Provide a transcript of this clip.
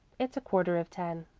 it's quarter of ten.